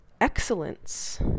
Excellence